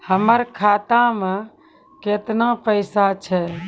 हमर खाता मैं केतना पैसा छह?